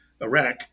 Iraq